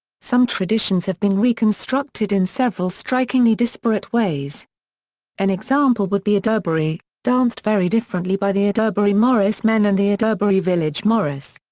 some traditions have been reconstructed in several strikingly disparate ways an example would be adderbury, danced very differently by the adderbury morris men and the adderbury village morris.